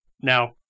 Now